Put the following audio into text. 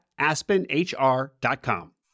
aspenhr.com